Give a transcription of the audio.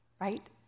right